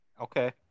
Okay